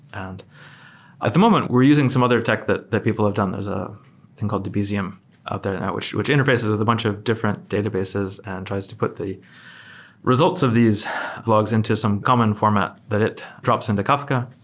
and at the moment, we're using some other tech that that people have done. there's a thing called debezium out there and which which interfaces with a bunch of different databases and tries to put the results of these logs into some common format that it drops into kafka.